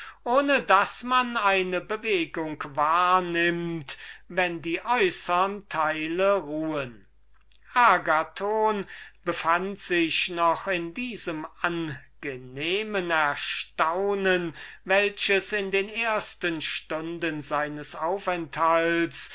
ohne daß man eine bewegung wahrnimmt wenn die äußern teile ruhen agathon befand sich noch in diesem angenehmen erstaunen welches in den ersten stunden